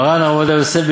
מרן עובדיה יוסף,